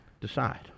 decide